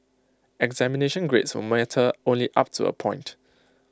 examination grades will matter only up to A point